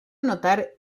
notar